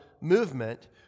movement